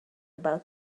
about